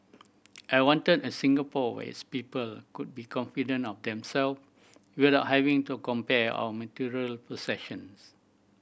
I wanted a Singapore where its people could be confident of themselves without having to compare our material possessions